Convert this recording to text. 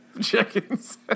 Chickens